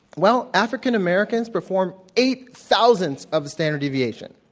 well, african americans perform eight thousandths of a standard deviation.